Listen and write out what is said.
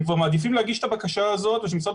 הם כבר מעדיפים להגיש את הבקשה הזאת ושמשרד